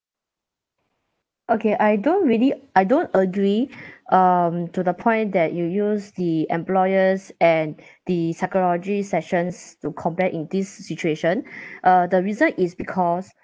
okay I don't really I don't agree um to the point that you use the employers and the psychology sessions to compare in this situation uh the reason is because